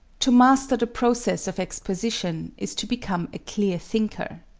to master the process of exposition is to become a clear thinker.